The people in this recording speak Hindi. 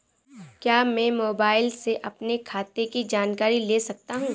क्या मैं मोबाइल से अपने खाते की जानकारी ले सकता हूँ?